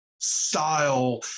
style